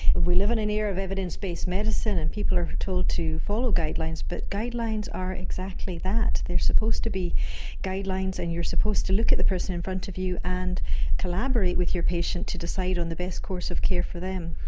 we live in an era of evidence-based medicine and people are told to follow guidelines, but guidelines are exactly that, they are supposed to be guidelines and you are supposed to look at the person in front of you and collaborate with your patient to decide on the best course of care for them.